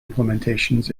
implementations